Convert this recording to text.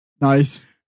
Nice